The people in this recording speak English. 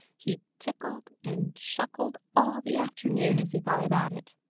he tickled and chuckled all the afternoon as he thought about it.